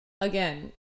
again